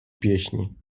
pieśni